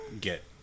get